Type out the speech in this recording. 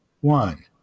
one